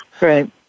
right